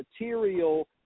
material